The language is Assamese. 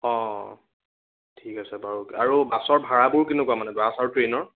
অ' ঠিক আছে বাৰু আৰু বাছৰ ভাড়াবোৰ কেনেকুৱা মানে বাছ আৰু ট্ৰেনৰ